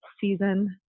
season